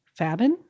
Fabin